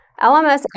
LMS